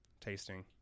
tasting